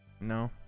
No